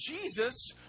Jesus